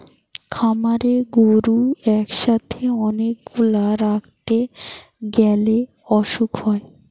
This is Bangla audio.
খামারে গরু একসাথে অনেক গুলা রাখতে গ্যালে অসুখ হয়